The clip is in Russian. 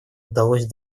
удалось